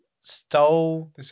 Stole